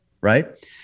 Right